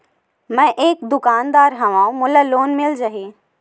मै एक दुकानदार हवय मोला लोन मिल जाही?